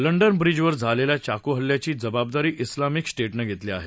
London bridge वर झालेल्या चाकू हल्ल्याची जबादारी इस्लामिक स्टेटनं घेतली आहे